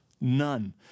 None